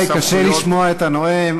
קשה לשמוע את הנואם.